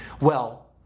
well,